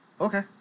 Okay